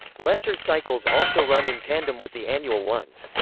lesser cycles also run in tandem with the annual ones.